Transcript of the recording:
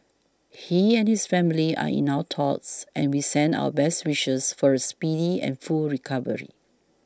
he and his family are in our thoughts and we send our best wishes for a speedy and full recovery